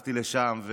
הלכתי לשם,